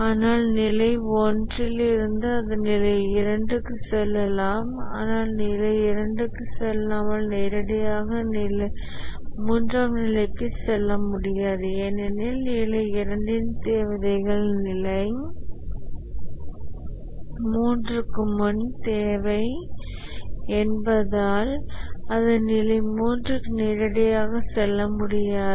ஆனால் நிலை 1 இலிருந்து அது நிலை 2 க்குச் செல்லலாம் ஆனால் நிலை 2 க்குச் செல்லாமல் நேரடியாக 3 ஆம் நிலைக்குச் செல்ல முடியாது ஏனெனில் நிலை 2 இன் தேவைகள் நிலை 3 க்கு முன் தேவை என்பதால் அது நிலை 3 க்கு நேரடியாக செல்ல முடியாது